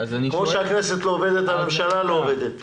הכנסת לא עובדת והממשלה לא עובדת.